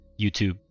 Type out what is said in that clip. YouTube